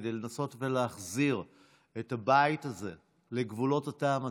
כדי לנסות ולהחזיר את הבית הזה לגבולות הטעם הטוב,